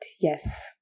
yes